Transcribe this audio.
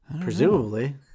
presumably